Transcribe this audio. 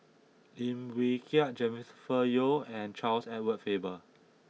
Lim Wee Kiak Jennifer Yeo and Charles Edward Faber